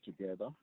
together